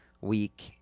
week